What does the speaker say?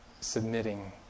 submitting